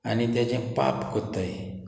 आनी तेजें पाप कोत्ताय